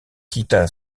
quitta